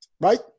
right